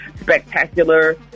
spectacular